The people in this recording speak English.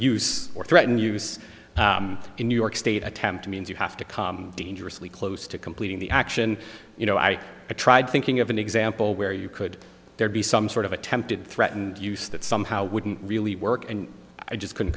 use or threaten use in new york state attempt means you have to come dangerously close to completing the action you know i tried thinking of an example where you could there be some sort of attempted threatened use that somehow wouldn't really work and i just couldn't